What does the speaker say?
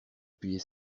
appuyer